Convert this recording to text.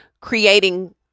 creating